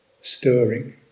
stirring